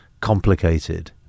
complicated